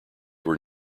were